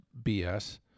BS